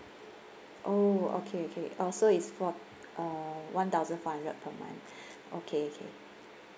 oh okay okay orh so it's for uh one thousand five hundred per month okay okay